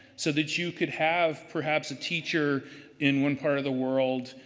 so that you could have perhaps a teacher in one part of the world,